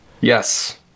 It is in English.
Yes